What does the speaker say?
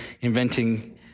inventing